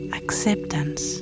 acceptance